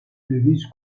döviz